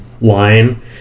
line